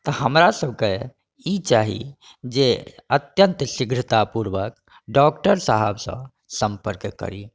तऽ हमरा सबके ई चाही जे अत्यन्त शीघ्रतापूर्वक डॉक्टर साहबसँ संपर्क करी